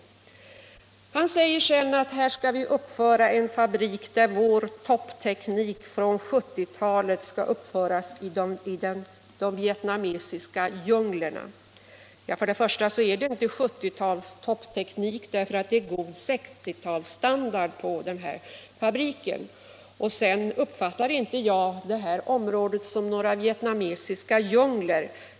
Herr Hernelius säger sedan att vi skall uppföra en fabrik, där vår toppteknik från 1970-talet skulle föras ut i de vietnamesiska djunglerna. Ja, för det första är det inte fråga om 1970-talets toppteknik, eftersom det är en god 1960-talsstandard på denna fabrik. För det andra uppfattar jag inte området i fråga som någon vietnamesisk djungel.